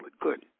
good